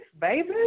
baby